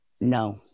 No